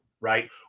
right